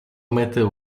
matter